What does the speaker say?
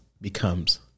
becomes